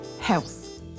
health